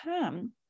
come